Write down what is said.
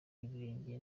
ibirenge